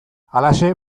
halaxe